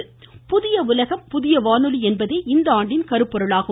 புதிய உலகம் புதிய வானொலி என்பதே இந்த ஆண்டின் கருப்பொருளாகும்